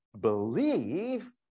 believe